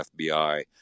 FBI